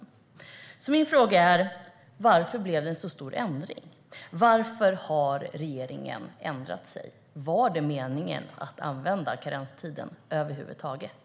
Därför undrar jag: Varför blev det en så stor ändring? Varför har regeringen ändrat sig? Var det meningen att karenstiden skulle användas över huvud taget?